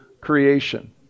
creation